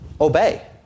obey